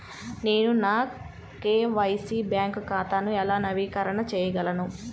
నేను నా KYC bank ఖాతాను ఎలా నవీకరణ చేయగలను?